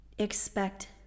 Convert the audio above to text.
expect